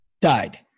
died